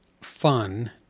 fun